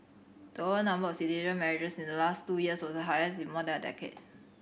the overall number of citizen marriages in the last two years was the highest in more than a decade